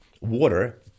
water